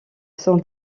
sont